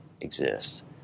exist